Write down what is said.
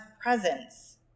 presence